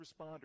responders